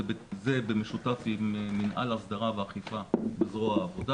זה במשותף עם מינהל ההסדרה והאכיפה בזרוע העבודה.